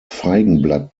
feigenblatt